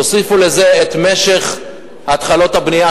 תוסיפו לזה את משך התחלות הבנייה,